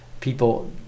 people